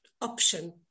option